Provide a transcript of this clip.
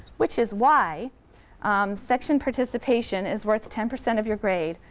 which is why section participation is worth ten percent of your grade.